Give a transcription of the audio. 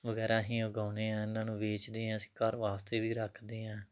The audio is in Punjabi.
ਵਗੈਰਾ ਹੀ ਉਗਾਉਂਦੇ ਹਾਂ ਇਹਨਾਂ ਨੂੰ ਵੇਚਦੇ ਹਾਂ ਅਸੀਂ ਘਰ ਵਾਸਤੇ ਵੀ ਰੱਖਦੇ ਹਾਂ